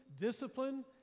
discipline